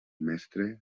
mestre